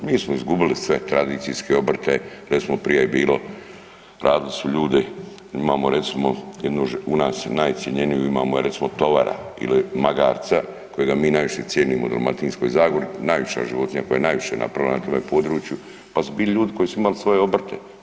Mi smo izgubili sve tradicijske obrte, recimo prije je bilo radili su ljudi, imamo recimo u nas najcjenjeniju imamo recimo tovara ili magarca kojega mi najviše cijenimo u Dalmatinskoj zagori, najviša životinja, koja je najviše napravila na tome području, pa su bili ljudi koji su imali svoje obrte.